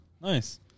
Nice